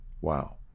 Wow